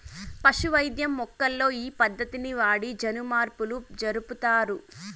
పశు వైద్యం మొక్కల్లో ఈ పద్దతిని వాడి జన్యుమార్పులు జరుపుతారు